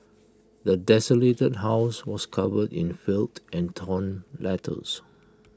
the desolated house was covered in filth and torn letters